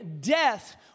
death